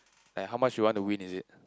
like how much you want to win is it